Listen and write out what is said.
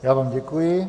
Já vám děkuji.